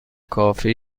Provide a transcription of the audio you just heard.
کافه